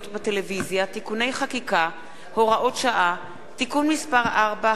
בטלוויזיה) (תיקוני חקיקה) (הוראות שעה) (תיקון מס' 4),